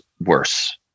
worse